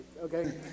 okay